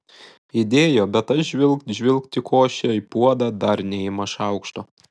įdėjo bet tas žvilgt žvilgt į košę į puodą dar neima šaukšto